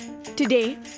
Today